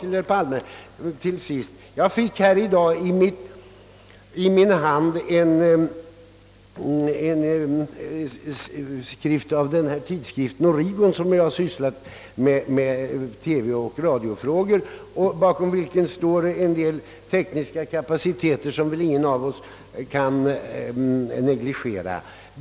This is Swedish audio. Jag fick i dag i min hand ett exemplar av tidskriften Origo som behandlar TV och radiofrågor och bakom vilken står tekniska kapaciteter som ingen av oss kan negligera.